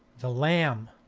the lamb.